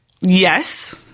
yes